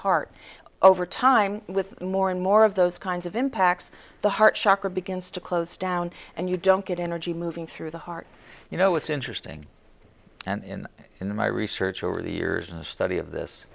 heart over time with more and more of those kinds of impacts the heart shocker begins to close down and you don't get energy moving through the heart you know what's interesting and in in my research over the years in the study of this